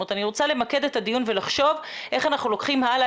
אני רוצה למקד את הדיון ולחשוב איך אנחנו לוקחים הלאה